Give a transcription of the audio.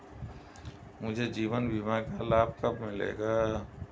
मुझे जीवन बीमा का लाभ कब मिलेगा?